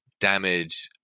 damage